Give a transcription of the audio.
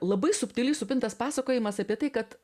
labai subtiliai supintas pasakojimas apie tai kad